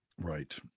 Right